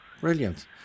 Brilliant